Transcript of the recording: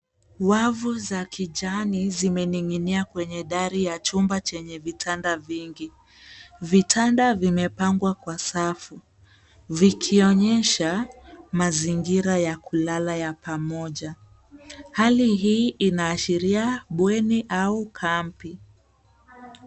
Wafu za kijani zimening'inia kwenye dari ya jumba chenye vitanda vingi. Vitanda vimepangwa kwa safu, vikionyesha mazingira ya kulala ya pamoja. Hali hii inaashiria bweni au kambi.